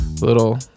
little